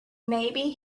maybe